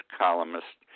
columnist